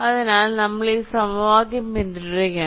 അതിനാൽ നമ്മൾ ഈ സമവാക്യം പിന്തുടരുകയാണ്